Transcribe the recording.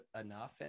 enough